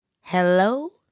Hello